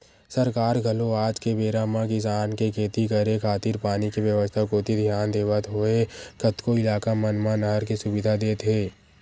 सरकार घलो आज के बेरा म किसान के खेती करे खातिर पानी के बेवस्था कोती धियान देवत होय कतको इलाका मन म नहर के सुबिधा देत हे